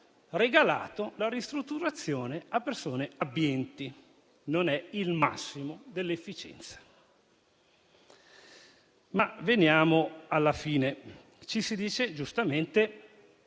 regalato la ristrutturazione a persone abbienti. Non è il massimo dell'efficienza. Ma veniamo alla fine: ci si dice, giustamente,